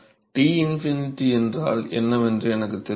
T∞ என்றால் என்னவென்று எனக்குத் தெரியும்